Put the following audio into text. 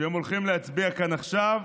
שהם הולכים להצביע כאן עכשיו.